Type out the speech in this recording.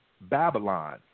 Babylon